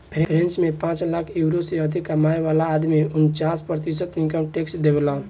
French में पांच lakh euro से अधिक कमाए वाला आदमी उनन्चास प्रतिशत इनकम टैक्स देबेलन